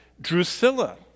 Drusilla